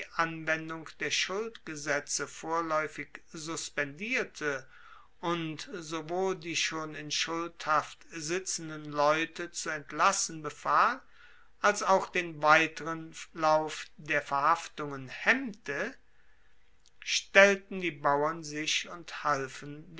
anwendung der schuldgesetze vorlaeufig suspendierte und sowohl die schon in schuldhaft sitzenden leute zu entlassen befahl als auch den weiteren lauf der verhaftungen hemmte stellten die bauern sich und halfen